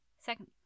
second